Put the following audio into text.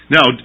Now